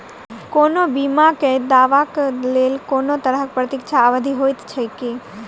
कोनो बीमा केँ दावाक लेल कोनों तरहक प्रतीक्षा अवधि होइत छैक की?